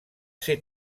ser